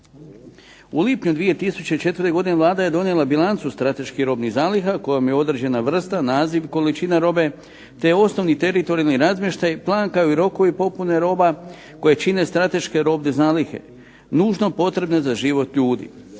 U lipnju 2004. godine Vlada je donijela bilancu strateških robnih zaliha, kojom je određena vrsta, naziv, količina robe, te osnovni teritorijalni razmještaj, plan, kao i rokovi popune roba koje čine strateške robne zalihe nužno potrebne za život ljudi.